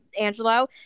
Angelo